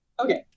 Okay